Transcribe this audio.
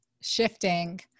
shifting